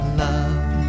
love